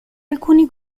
alcuni